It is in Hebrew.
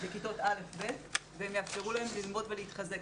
בכיתות א'-ב' והן יאפשרו להם ללמוד ולהתחזק.